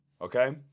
okay